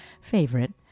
favorite